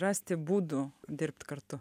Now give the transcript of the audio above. rasti būdų dirbt kartu